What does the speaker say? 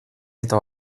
eta